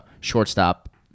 shortstop